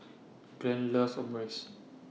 Glen loves Omurice